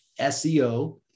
SEO